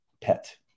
pet